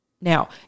Now